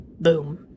Boom